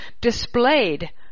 displayed